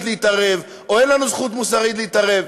להתערב או אין לנו זכות מוסרית להתערב.